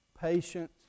patience